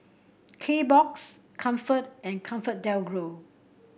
Kbox Comfort and ComfortDelGro